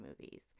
movies